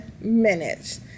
minutes